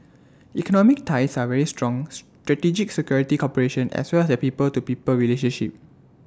economic ties are very strong strategic security cooperation as well as the people to people relationship